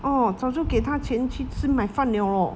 哦早就给他钱去吃买饭了喔